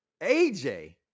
AJ